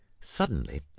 Suddenly